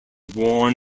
worn